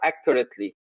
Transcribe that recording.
accurately